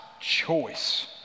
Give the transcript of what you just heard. choice